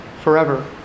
forever